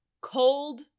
cold